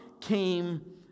came